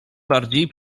bardziej